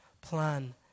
plan